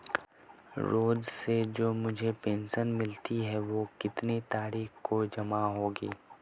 रोज़ से जो मुझे पेंशन मिलती है वह कितनी तारीख को जमा होगी?